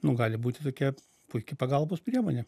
nu gali būti tokia puiki pagalbos priemonė